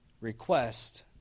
request